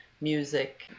music